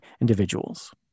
individuals